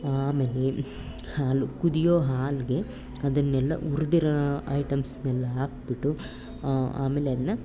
ಆಮೇಲೆ ಹಾಲು ಕುದಿಯೋ ಹಾಲಿಗೆ ಅದನ್ನೆಲ್ಲ ಉರಿದಿರೋ ಐಟಮ್ಸ್ನೆಲ್ಲ ಹಾಕಿಬಿಟ್ಟು ಆಮೇಲೆ ಅದನ್ನ